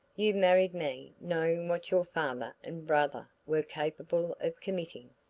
you married me knowing what your father and brother were capable of committing.